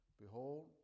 Behold